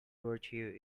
virtue